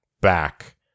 back